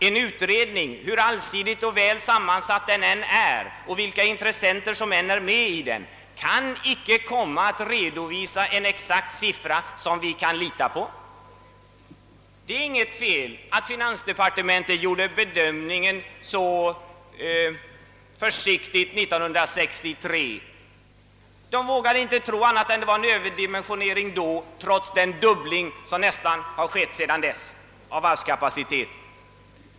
En utredning, hur allsidigt och väl sammansatt den än är och vilka intressenter som än är med i den, kan icke redovisa en exakt siffra som vi kan lita på. Det är inte något fel att finansdepartementet gjorde bedömningen så försiktigt 1963. Man vågade inte tro annat än att det var en överdimensionering då trots att varvskapaciteten sedan dess nästan fördubblats.